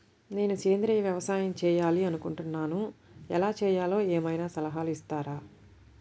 నేను సేంద్రియ వ్యవసాయం చేయాలి అని అనుకుంటున్నాను, ఎలా చేయాలో ఏమయినా సలహాలు ఇస్తారా?